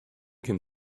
can